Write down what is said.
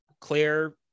Claire